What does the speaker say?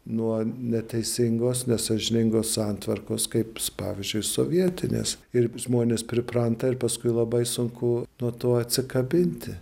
nuo neteisingos nesąžiningos santvarkos kaip pavyzdžiui sovietinės ir žmonės pripranta ir paskui labai sunku nuo to atsikabinti